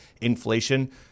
inflation